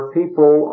people